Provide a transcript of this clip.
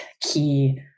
key